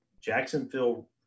Jacksonville